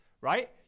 right